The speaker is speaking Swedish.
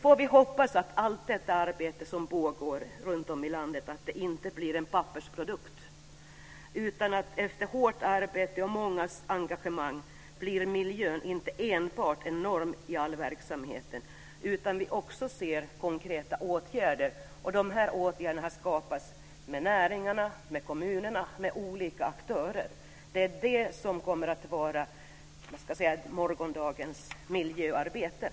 Låt oss hoppas att allt det arbete som pågår runtom i landet inte blir en pappersprodukt, så att miljömålen efter hårt arbete och mångas engagemang inte enbart blir en norm för all verksamhet utan så att vi också kommer att få se konkreta åtgärder. Dessa åtgärder skapas av näringarna, av kommunerna och andra aktörer och kommer att utgöra morgondagens miljöarbete.